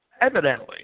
Evidently